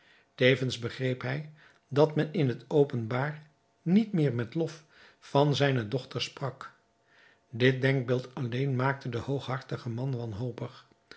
tevens begreep hij dat men in het openbaar niet meer met lof van zijne dochter sprak dit denkbeeld alleen maakte den hooghartigen man wanhopig